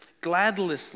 gladly